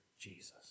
Jesus